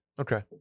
Okay